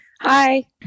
Hi